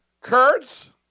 Kurds